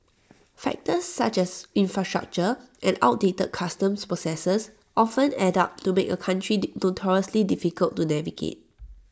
factors such as infrastructure and outdated customs processes often add up to make A country notoriously difficult to navigate